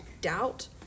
doubt